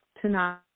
tonight